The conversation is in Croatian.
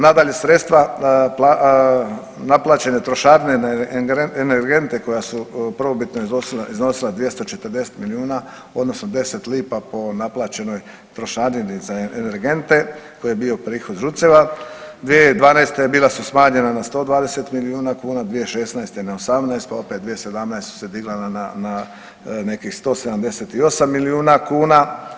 Nadalje, sredstva naplaćene trošarine energente koja su prvobitno iznosila 240 milijuna odnosno 10 lipa po naplaćenoj trošarini za energente koji je bio prihod ŽUC-eva 2012. bila su smanjena na 120 milijuna kuna, 2016. na 18 pa opet 2017. su se digla ne nekih 178 milijuna kuna.